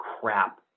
crap